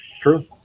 True